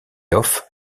off